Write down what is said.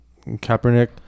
Kaepernick